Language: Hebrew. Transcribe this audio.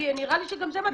נראה לי שגם זה מטריד אותה.